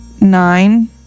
nine